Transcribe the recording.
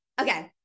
okay